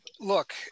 Look